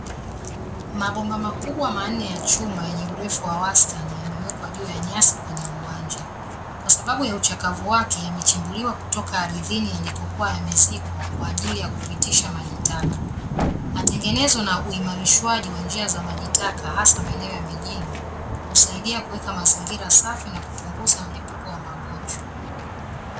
Mabomba makubwa manne ya chuma yenye urefu wa wastani, yamewekwa juu ya nyasi kwenye uwanja. Kwasababu ya uchakavu wake, yamechimbuliwa kutoka ardhini yalikokuwa yamezikwa kwaajili ya kupitisha majitaka. Matengenezo na uimarishaji wa njia za majitaka hasa maeneo ya mjini, husaidia kuweka mazingira safi na kupunguza mlipuko wa magonjwa.